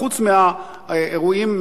חוץ מהאירועים,